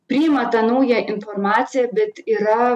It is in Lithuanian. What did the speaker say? priima tą naują informaciją bet yra